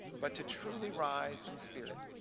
but to truly rise in spirit,